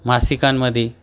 मासिकांमध्ये